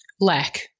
lack